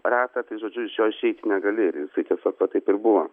ratą tai žodžiu iš jo išeiti negali ir jisai tiesiog va taip ir buvo